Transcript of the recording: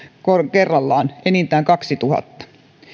kerrallaan enintään kaksituhatta nyt